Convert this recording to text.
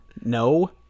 No